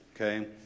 Okay